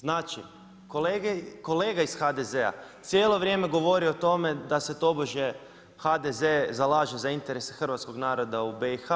Znači kolega iz HDZ-a cijelo vrijeme govori o tome da se tobože HDZ zalaže za interese hrvatskog naroda u BiH